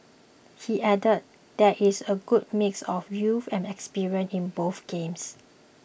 he added there is a good mix of youth and experience in both games